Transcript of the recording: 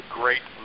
great